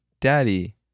daddy